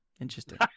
Interesting